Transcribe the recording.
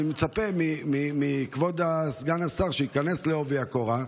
אני מצפה מכבוד סגן השר שייכנס בעובי הקורה.